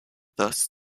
thus